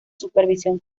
supervisión